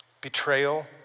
Betrayal